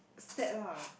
sad lah